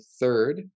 third